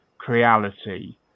Creality